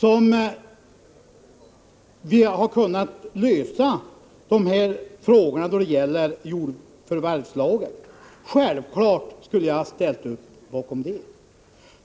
till lösning av frågorna om jordförvärvslagen, hade jag självfallet ställt upp bakom det.